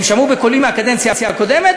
הם שמעו בקולי מהקדנציה הקודמת,